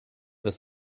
dass